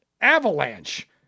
avalanche